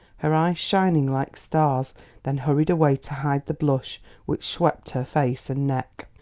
her eyes shining like stars then hurried away to hide the blush which swept her face and neck.